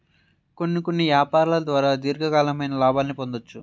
కొన్ని కొన్ని యాపారాల ద్వారా దీర్ఘకాలికమైన లాభాల్ని పొందొచ్చు